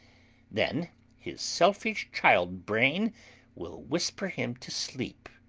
then his selfish child-brain will whisper him to sleep.